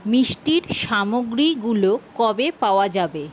মিষ্টির সামগ্রীগুলো কবে পাওয়া যাবে